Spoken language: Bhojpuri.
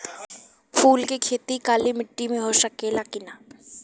फूल के खेती काली माटी में हो सकेला की ना?